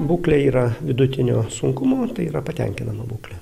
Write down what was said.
būklė yra vidutinio sunkumo tai yra patenkinama būklė